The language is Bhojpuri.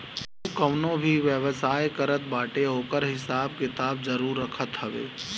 केहू कवनो भी व्यवसाय करत बाटे ओकर हिसाब किताब जरुर रखत हवे